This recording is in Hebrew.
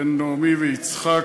בן נעמי ויצחק,